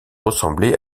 ressembler